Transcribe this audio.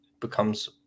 becomes